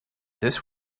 this